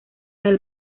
del